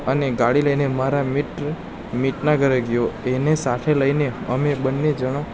અને ગાડી લઈને મારા મિત્ર મિતના ઘરે ગયો એને સાથે લઈને અમે બંને જણ